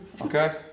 Okay